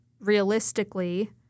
realistically